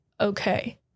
okay